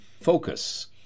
focus